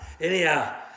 Anyhow